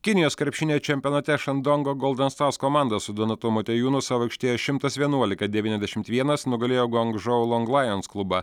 kinijos krepšinio čempionate šandongo golden stars komanda su donatu motiejūnu savo aikštėje šimtas vienuolika devyniasdešmt vienas nugalėjo guangžou long lajens klubą